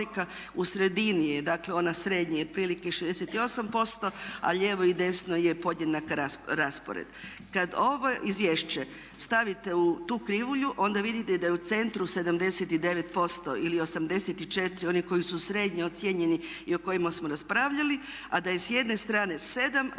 U sredini je, dakle ona srednje je otprilike 68% a lijevo i desno je podjednak raspored. Kada ovo izvješće stavite u tu krivulju onda vidite da je u centru 79%, ili 84, oni koji su srednje ocijenjeni i o kojima smo raspravljali a da je s jedne strane 7